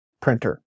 printer